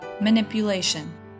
manipulation